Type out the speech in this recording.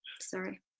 sorry